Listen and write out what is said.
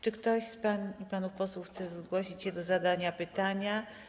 Czy ktoś z pań i panów posłów chce zgłosić się do zadania pytania?